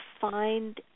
find